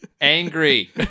Angry